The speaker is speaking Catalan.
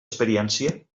experiència